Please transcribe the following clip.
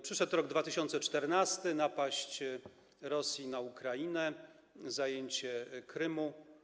Przyszedł rok 2014, napaść Rosji na Ukrainę, zajęcie Krymu.